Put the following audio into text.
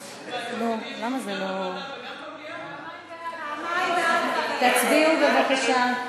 מליאה, אני מפעילה, בבקשה,